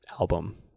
album